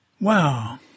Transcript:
Wow